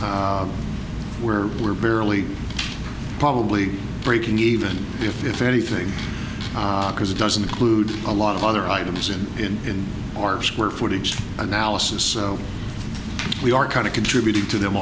where we're barely probably breaking even if anything because it doesn't include a lot of other items and in our square footage analysis we are kind of contributing to them